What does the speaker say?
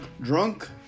drunk